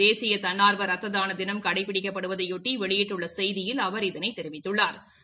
தேசிய தன்னா்வ ரத்த தான தினம் கடைபிடிக்கப்படுவதைபொட்டி வெளியிட்டுள்ள செய்தியில் அவர் இதனைத் தெரிவித்துள்ளாா்